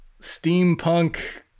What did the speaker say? steampunk